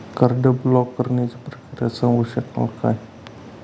Card block करण्याची प्रक्रिया सांगू शकाल काय?